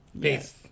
Peace